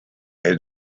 had